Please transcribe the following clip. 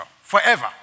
forever